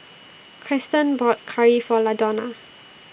Krysten bought Curry For Ladonna